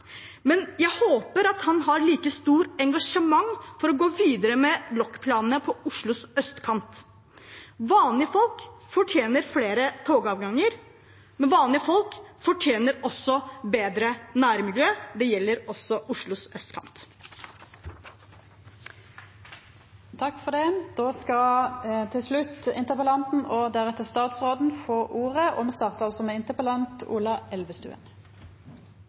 jeg håper at han har et like stort engasjement for å gå videre med lokkplanene på Oslos østkant. Vanlige folk fortjener flere togavganger, men vanlige folk fortjener også bedre nærmiljø. Det gjelder også på Oslos østkant. Først vil jeg takke for